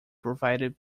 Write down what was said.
provided